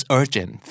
urgent